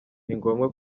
ngombwa